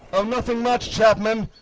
oh nothing much, chapman.